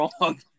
wrong